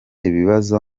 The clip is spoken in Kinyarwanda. ibibazo